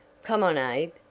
come on, abe,